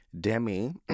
Demi